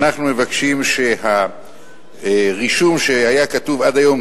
אנחנו מבקשים שבמקום הרישום שהיה כתוב עד היום,